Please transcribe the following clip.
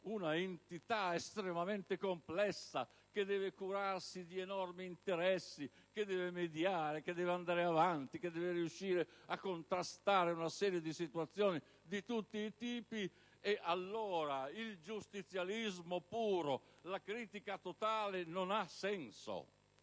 un'entità estremamente complessa, che deve curarsi di enormi interessi, che deve mediare, che deve andare avanti, che deve riuscire a contrastare situazioni di tutti i tipi. Allora, il giustizialismo puro, la critica totale non ha senso.